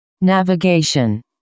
navigation